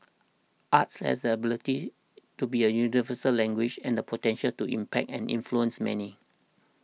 arts has the ability to be a universal language and the potential to impact and influence many